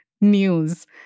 news